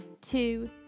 two